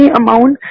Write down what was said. amount